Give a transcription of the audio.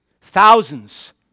Thousands